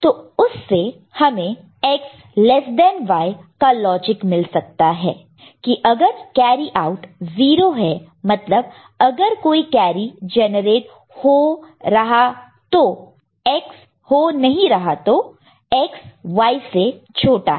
तो उससे हमें X लेस देन Y का लॉजिक मिल सकता है की अगर कैरी आउट 0 है मतलब अगर कोई कैरी नहीं जेनरेट हो रहा तो X Y से छोटा है